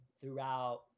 throughout